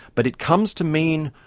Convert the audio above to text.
but it comes to mean,